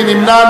מי נמנע?